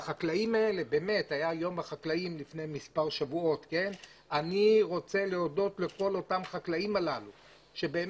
לפני מספר שבועות היה יום החקלאים ואני רוצה להודות לכל אותם חקלאים שיכלו